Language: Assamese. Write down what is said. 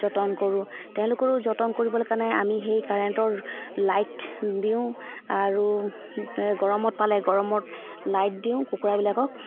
যতন কৰোঁ তেওঁলোকৰো যতন কৰিবলৈ কাৰণে আমি সেই কাৰেণ্টৰ লাইট দিওঁ আৰু গৰমত পালে গৰমত লাইট দিওঁ কুকুৰাবিলাকক